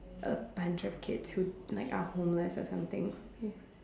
a bunch of kids who like are homeless or something ya